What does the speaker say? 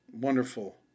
wonderful